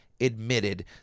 admitted